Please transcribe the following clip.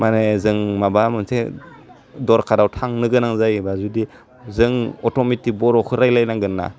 माने जों माबा मोनसे दरखाराव थांनो गोनां जायोबा जुदि जों अट'मेटिक बर'खौ रायलाइनांगोन्ना